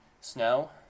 snow